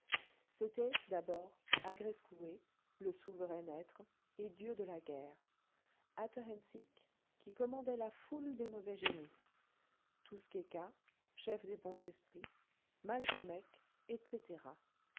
c'était d'abord agreskoue le souverain être et dieu de la guerre atahensic qui commandait la foule des mauvais génies touskeka chef des bons esprits malcomek etc